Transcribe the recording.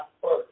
first